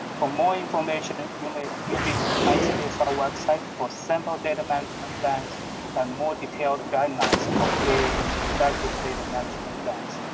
for more information, and you may visit the icpsr website for sample data management plans and more detailed guidelines for creating effective data management plans.